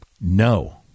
No